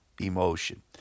emotion